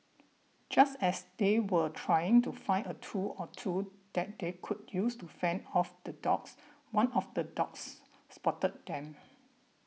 just as they were trying to find a tool or two that they could use to fend off the dogs one of the dogs spotted them